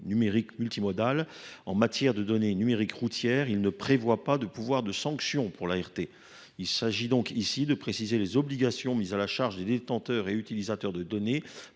numériques multimodales pour les étendre au champ des données numériques routières, il ne prévoit pas de pouvoir de sanction. Il s’agit donc ici de préciser les obligations mises à la charge des détenteurs et utilisateurs de données,